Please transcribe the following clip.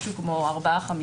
משהו כמו ארבע-חמש,